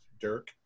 Dirk